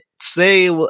say